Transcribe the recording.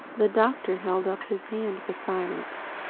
the doctor held up his hand for silence.